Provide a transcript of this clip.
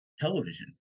television